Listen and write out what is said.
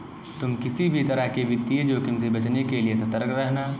तुम किसी भी तरह के वित्तीय जोखिम से बचने के लिए सतर्क रहना